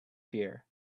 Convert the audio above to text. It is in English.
fear